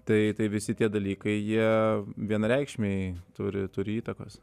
tai tai visi tie dalykai jie vienareikšmiai turi turi įtakos